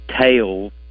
tails